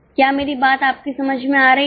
क्या मेरी बातआपकी समझ में आ रही है